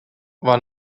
war